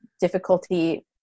difficulty